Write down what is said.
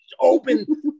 open